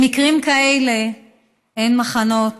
במקרים כאלה אין מחנות